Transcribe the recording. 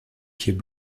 pieds